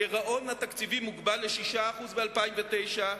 הגירעון התקציבי מוגבל ל-6% ב-2009,